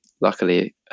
luckily